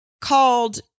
called